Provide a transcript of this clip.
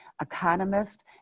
economist